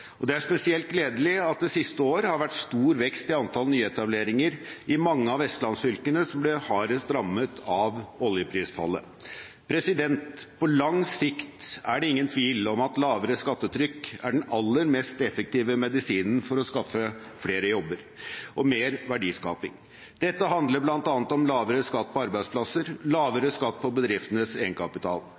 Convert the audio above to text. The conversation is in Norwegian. og det er spesielt gledelig at det siste år har vært stor vekst i antall nyetableringer i mange av vestlandsfylkene som ble hardest rammet av oljeprisfallet. På lang sikt er det ingen tvil om at lavere skattetrykk er den aller mest effektive medisinen for å skape flere jobber og mer verdiskaping. Dette handler bl.a. om lavere skatt på arbeidsplasser og lavere skatt på bedriftenes egenkapital.